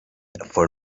for